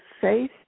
faith